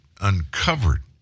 uncovered